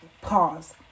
pause